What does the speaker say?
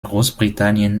großbritannien